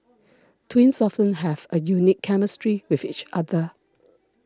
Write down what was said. twins often have a unique chemistry with each other